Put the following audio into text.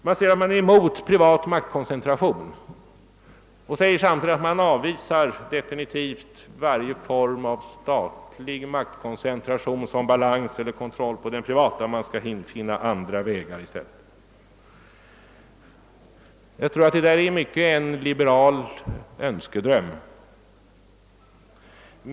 Man säger att man är emot privat maktkoncentration och säger samtidigt, att man definitivt avvisar varje form av statlig maktkoncentration som balans eller kontroll av den privata. Man skall gå andra vägar i stället. Jag tror att det är i mycket en liberal önskedröm.